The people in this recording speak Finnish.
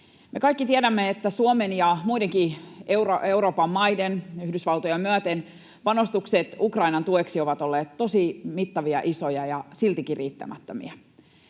Me kaikki tiedämme, että Suomen ja muidenkin Euroopan maiden, Yhdysvaltoja myöten, panostukset Ukrainan tueksi ovat olleet tosi mittavia, isoja ja siltikin riittämättömiä.